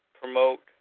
promote